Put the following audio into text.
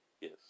Yes